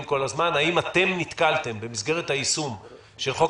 כל הזמן: האם נתקלתם במסגרת היישום של חוק